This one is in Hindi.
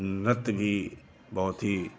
नृत्य भी बहुत ही